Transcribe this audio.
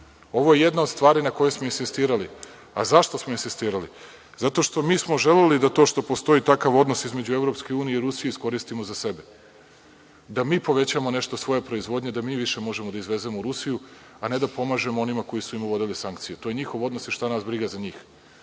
je jedna od stvari na kojoj smo insistirali. A zašto smo insistirali? Zato što smo želeli da to što postoji takav odnos između Evropske unije i Rusije iskoristimo za sebe, da mi povećamo nešto od svoje proizvodnje, da mi više možemo da izvezemo u Rusiju, a ne da pomažemo onima koji su im uvodili sankciju. To je njihov odnos i šta nas briga za njih.